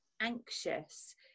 anxious